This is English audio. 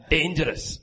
Dangerous